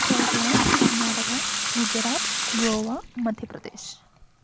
Kerala Karnataka Gujarat Goa Madhya Pradesh